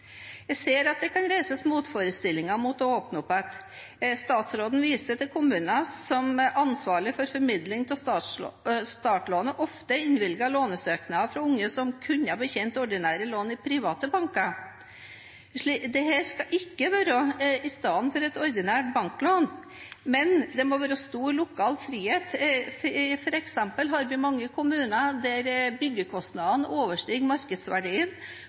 Jeg ser at det kan reises motforestillinger mot å åpne opp igjen. Statsråden viser til at kommuner som er ansvarlig for formidling av startlånet, ofte innvilger lånesøknader fra unge som kunne ha betjent ordinære lån i private banker. Dette skal ikke komme i stedet for et ordinært banklån, men det må være stor lokal frihet. For eksempel har vi mange kommuner der byggekostnadene overstiger markedsverdien,